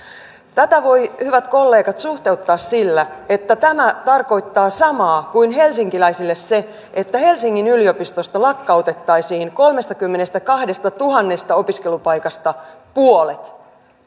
tätä voi hyvät kollegat suhteuttaa sillä että tämä tarkoittaa samaa kuin helsinkiläisille se että helsingin yliopistosta lakkautettaisiin kolmestakymmenestäkahdestatuhannesta opiskelupaikasta puolet